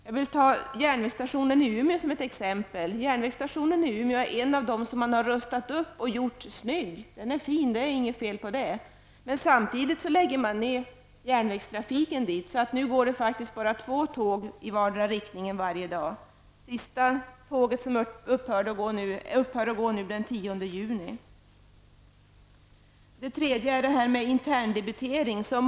Jag kan ta järnvägsstationen i Umeå som ett exempel. Järnvägsstationen i Umeå är en av de stationer som har rustats upp och gjorts snygg. Stationen är fin, och det är inget fel på det. Men samtidigt har järnvägstrafiken till stationen lagts ned. Nu går bara två tåg i vardera riktningen varje dag. Det sista tåget går den 10 juni. Det tredje gäller interndebiteringen.